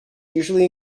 usually